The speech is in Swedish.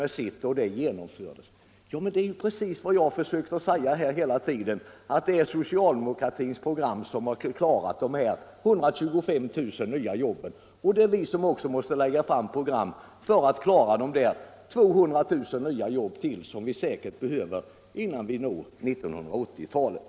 med sitt eget program och genomförde det. Det är ju precis vad jag hela tiden försökt säga — det är socialdemokratins program som klarat de här 125 000 nya jobben. Det är också vi som måste lägga fram program för att klara de 200 000 ytterligare jobb som säkerligen kommer att behövas innan vi nått 1980-talet.